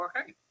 Okay